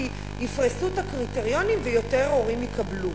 כי יפרסו את הקריטריונים ויותר הורים יקבלו.